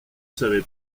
savais